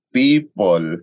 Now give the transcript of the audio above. people